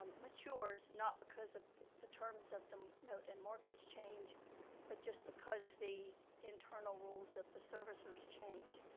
um matures, not because of the the terms of the note and mortgage change but just because the internal rules of the servicers change.